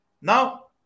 Now